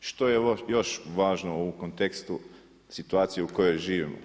Što je još važno u kontekstu situacije u kojoj živimo?